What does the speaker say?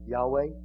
Yahweh